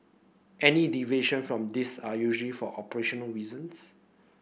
any deviation from these are usually for operational reasons